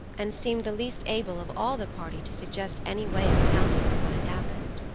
and seemed the least able of all the party to suggest any way of accounting for what had happened.